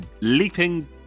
leaping